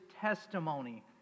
testimony